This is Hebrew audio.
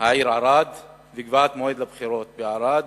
קביעת מועד בחירות מוקדם בערד.